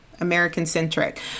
American-centric